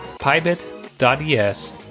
pybit.es